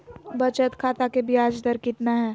बचत खाता के बियाज दर कितना है?